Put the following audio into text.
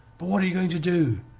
but what are you going to do?